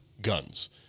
guns